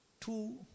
two